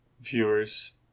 viewers